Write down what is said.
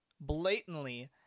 blatantly